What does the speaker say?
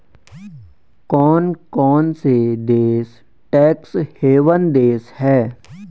कौन कौन से देश टैक्स हेवन देश हैं?